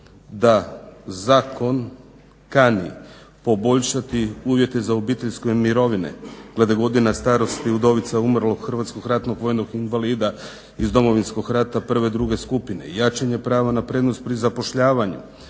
da zakon kani poboljšati uvjete za obiteljske mirovine glede godina starosti udovica umrlog hrvatskog ratnog vojnog invalida iz Domovinskog rata prve i druge skupine, jačanje prava na prednost pri zapošljavanju,